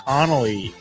Connolly